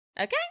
Okay